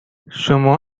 شما